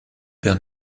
père